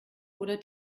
oder